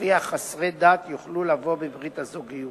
ולפיה חסרי דת יוכלו לבוא בברית הזוגיות.